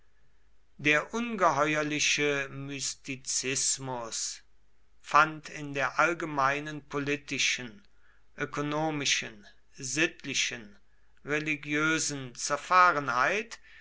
der ungeheuerliche mystizismus fand in der allgemeinen politischen ökonomischen sittlichen religiösen zerfahrenheit